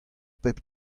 pep